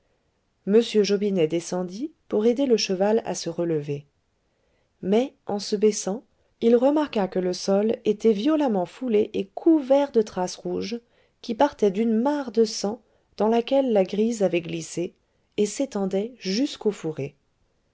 m jobinet descendit pour aider le cheval à se relever mais en se baissant il remarqua que le sol était violemment foulé et couvert de traces rouges qui partaient d'une mare de sang dans laquelle la grise avait glissé et s'étendaient jusqu'au fourré